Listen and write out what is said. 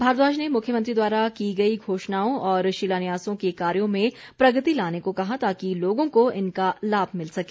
भारद्वाज ने मुख्यमंत्री द्वारा की गई घोषणाओं और शिलान्यासों के कार्यों में प्रगति लाने को कहा ताकि लोगों को इनका लाभ मिल सके